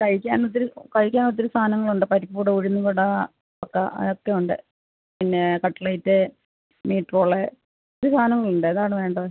കഴിക്കാനൊത്തിരി കഴിക്കാൻ ഒത്തിരി സാധനങ്ങളുണ്ട് പരിപ്പുവട ഉഴുന്നുവട പക്ക അതൊക്കെ ഉണ്ട് പിന്നെ കട്ലേറ്റ് മീറ്റ്റോള് ഒത്തിരി സാധനങ്ങളുണ്ട് ഏതാണ് വേണ്ടത്